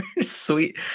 sweet